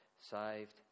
Saved